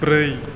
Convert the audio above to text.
ब्रै